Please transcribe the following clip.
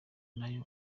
nayo